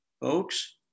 Folks